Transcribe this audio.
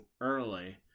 early